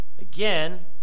again